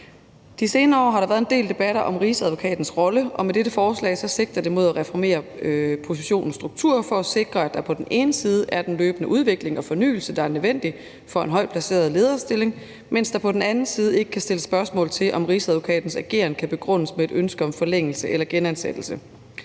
De senere år har der været en del debat om rigsadvokatens rolle, og dette forslag sigter på at reformere positionens strukturer for at sikre, at der på den ene side er den løbende udvikling og fornyelse, der er nødvendig for en lederstilling på højt niveau, mens der på den anden side ikke kan stilles spørgsmål ved, om rigsadvokatens ageren kan være begrundet i et ønske om forlængelse eller genansættelse.